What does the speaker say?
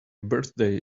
birthday